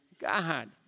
God